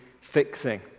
fixing